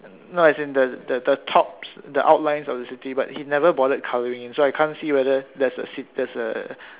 no as in the the the tops the outlines of the city but he never bothered colouring it in so I can't see whether there's a ci~ there's a